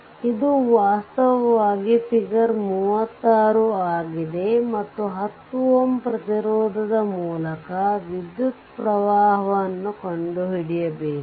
ಇದು ವಾಸ್ತವವಾಗಿ ಫಿಗರ್ 36 ಆಗಿದೆ ಮತ್ತು 10 Ω ಪ್ರತಿರೋಧದ ಮೂಲಕ ವಿದ್ಯುತ್ ಪ್ರವಾಹವನ್ನು ಕಂಡುಹಿಡಿಯಬೇಕು